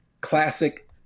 classic